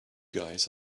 guys